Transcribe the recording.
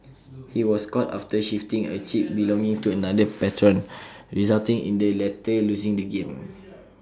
he was caught after shifting A chip belonging to another patron resulting in the latter losing the game